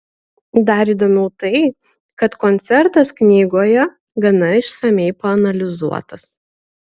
dar įdomiau tai kad koncertas knygoje gana išsamiai paanalizuotas